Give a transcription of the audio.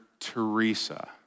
Teresa